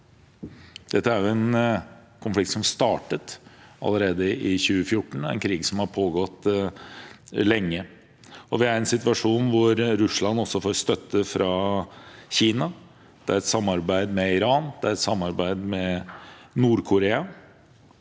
Dette er jo en konflikt som startet allerede i 2014, og det er en krig som har pågått lenge. Vi er i en situasjon hvor Russland også får støtte fra Kina, og hvor det er et samarbeid med Iran og et